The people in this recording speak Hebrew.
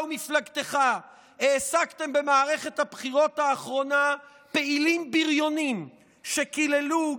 ומפלגתך העסקתם במערכת הבחירות האחרונה פעילים בריונים שקיללו,